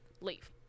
leave